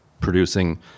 producing